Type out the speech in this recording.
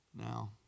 Now